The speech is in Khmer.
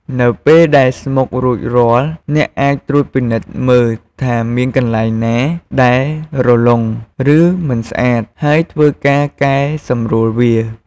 នៅពេលដែលស្មុគរួចរាល់ គេអាចត្រួតពិនិត្យមើលថាមានកន្លែងណាដែលរលុង ឬមិនស្អាត ហើយធ្វើការកែសម្រួលវា។